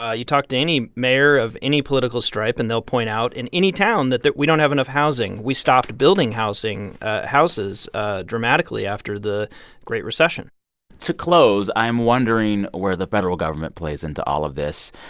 ah you talk to any mayor of any political stripe, and they'll point out in any town that, we don't have enough housing. we stopped building housing houses ah dramatically after the great recession to close, i'm wondering where the federal government plays into all of this.